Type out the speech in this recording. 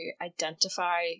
identify